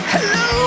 Hello